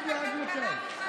ועדת הכלכלה בכלל לא מתנהלת